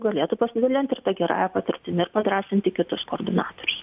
galėtų pasidalinti ir ta gerąja patirtimi padrąsinti kitus koordinatorius